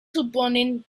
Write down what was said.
suponen